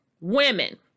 women